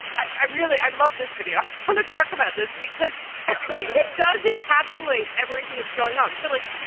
i i really i love this video. i want to talk about this because i think it does encapsulate everything that's going on until, like,